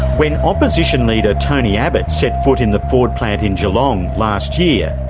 when opposition leader tony abbott set foot in the ford plant in geelong last year,